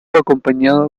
acompañado